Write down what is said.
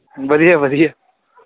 ਵਧੀਆ ਵਧੀਆ